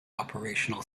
operational